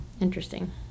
Interesting